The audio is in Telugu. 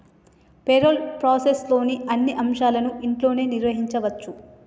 పేరోల్ ప్రాసెస్లోని అన్ని అంశాలను ఇంట్లోనే నిర్వహించచ్చు